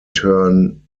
turn